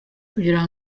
kugira